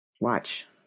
watch